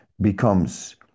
becomes